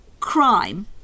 crime